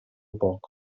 poco